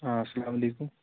آ اَسلام علیکُم